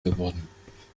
geworden